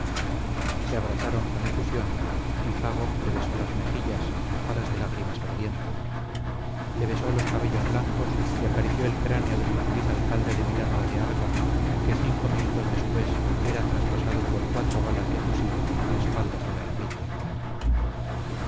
se abrazaron con efusión y fago le besó las mejillas mojadas de lágrimas ardientes le besó los cabellos blancos y acarició el cráneo del infeliz alcalde de miranda de arga que cinco minutos después era traspasado por cuatro balas de fusil a espaldas de la ermita